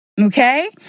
okay